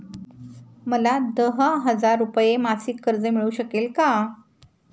मला दहा हजार रुपये मासिक कर्ज मिळू शकेल का?